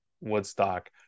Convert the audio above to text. Woodstock